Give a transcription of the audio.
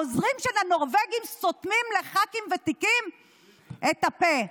העוזרים של הנורבגים סותמים לח"כים ותיקים את הפה,